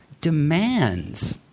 demands